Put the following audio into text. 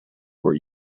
were